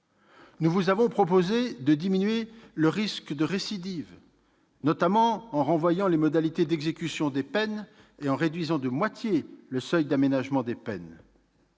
! Nous avons proposé de diminuer le risque de récidive, notamment en revoyant les modalités d'exécution des peines et en réduisant de moitié le seuil d'aménagement des peines.